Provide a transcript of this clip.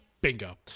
Bingo